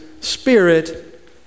spirit